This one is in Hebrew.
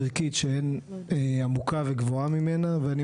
-- אבל אנחנו נמשך לשפר כל מה שאפשר כדי שבאמת